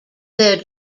their